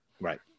Right